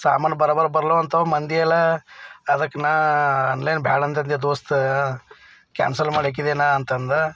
ಸಾಮಾನು ಬರ ಬರ ಬರ್ಲಂತವು ಮಂದಿ ಎಲ್ಲ ಅದಕ್ಕೆ ನಾನು ಆನ್ಲೈನ್ ಬೇಡ ಅಂತ ಅಂದೆ ದೋಸ್ತ್ ಕ್ಯಾನ್ಸಲ್ ಮಾಡಾಕಿದೆ ನಾ ಅಂತಂದ